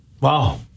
Wow